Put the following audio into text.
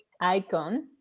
icon